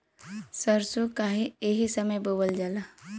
सरसो काहे एही समय बोवल जाला?